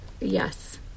Yes